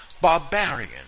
barbarian